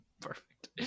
Perfect